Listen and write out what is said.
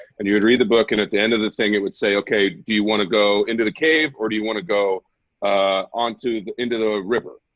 and you would read the book, and at the end of the thing, it would say, okay, do you want to go into the cave, or do you want to go on to the into the river?